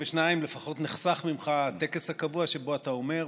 2. לפחות נחסך ממך הטקס הקבוע שבו אתה עולה,